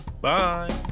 Bye